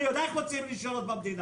אני יודע איך מוציאים רישיונות במדינה.